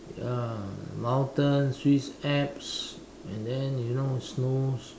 uh mountain Swiss Alps and then you know snows